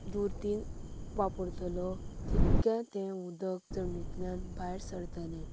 धुर्तीन वापरतलो तितकें तें उदक जमनितल्यान भायर सरतलें